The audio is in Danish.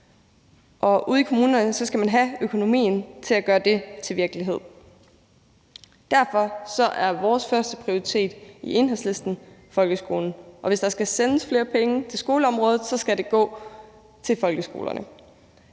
Ude i kommunerne skal man have økonomien til at gøre det til virkelighed. Derfor er vores førsteprioritet i Enhedslisten folkeskolen, og hvis der skal sendes flere penge til skoleområdet, skal de gå til folkeskolerne.